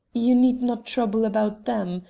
you need not trouble about them.